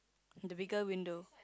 the bigger window